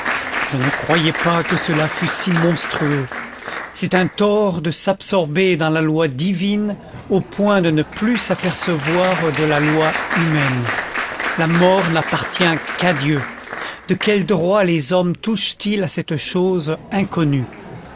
je ne croyais pas que cela fût si monstrueux c'est un tort de s'absorber dans la loi divine au point de ne plus s'apercevoir de la loi humaine la mort n'appartient qu'à dieu de quel droit les hommes touchent ils à cette chose inconnue